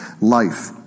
Life